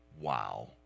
Wow